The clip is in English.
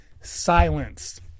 silenced